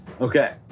Okay